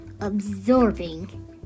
absorbing